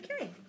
Okay